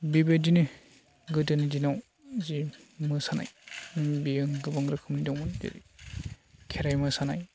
बेबायदिनो गोदोनि दिनाव जि मोसानाय बियो गोबां रोखोमनि दंमोन जेरै खेराइ मोसानाय